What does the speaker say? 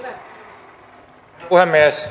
herra puhemies